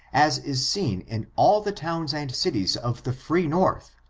as is seen in all the towns and cities of the free north,